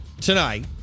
tonight